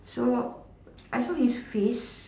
so I saw his face